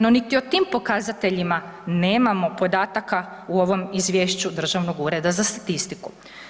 No ni o tim pokazateljima nemamo podataka u ovome izvješću Državnog ureda za statistiku.